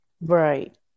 right